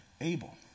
Abel